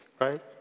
right